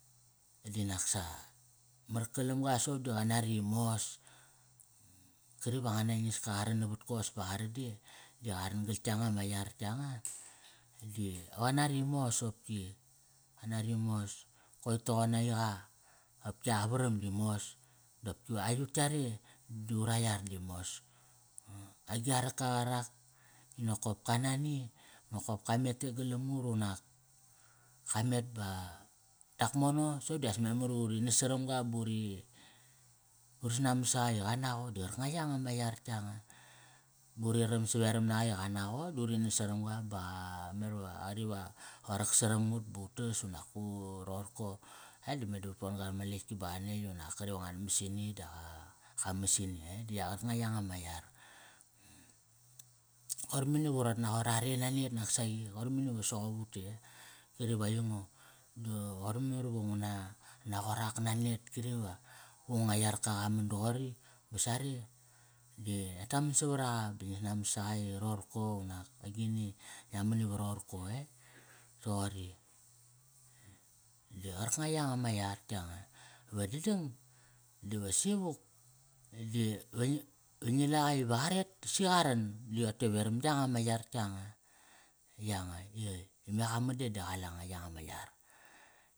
Di nak sa mar kalam ga soqop di qa nari mos. Kari va nga nangis ka qa ran navat kos pa qarade, di qa ran gal yanga ma yar yanga, di qa nari mos opki. Qa nari mos, koi toqom aiqa opki a varam di mos. Di opki va aiyut yare di ura yar di mos. Agi a raka qarak i nokop ka nani nokop ka met te galam ut unak, ka met ba, tak mono soqop di as memar ivu ri nas saramga ba uri sananbat saqa i qa naqa di qarkanga yanga ma yar yanga. Ba uri ram saveram naqa i qa naqo da uri nas saram ga ba memar i qari va qa rak saram ut ba utas unak u, roqorko. E da me da ut pon ga rama letk ki ba qa netk unak kari va ngat mas ini da qa di mas ini. E di qarkanga yanga ma yar, koir mani va urat naqot are nanet nak saqi. Qoir mani va soqop ut te e? Kari va anigo da qoir memar iva ngu na naqot ak nanet kari va gu nga yar ka qa man doqori, va sare, di ngia taman savaraqa di ngi sananbat saqa i roqorko unak agin, ngia man iva roqorko. E, toqori. Di qarkanga yanga ma yar yanga. Ve dadang di ve sivuk, di ve ngi la qa ive qa ret si qa ran. Di ote veram yanga ma yar yanga. Yanga i me qa man de di qa la nga ma yar.